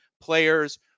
players